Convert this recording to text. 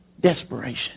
Desperation